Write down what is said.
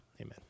amen